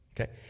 Okay